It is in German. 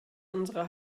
unsere